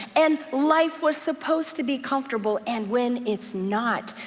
and life was supposed to be comfortable, and when it's not,